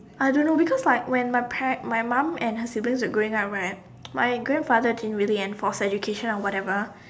I don't know because like when my pair my mum and her sister used to growing up where my grandfather didn't really enforce education on what ever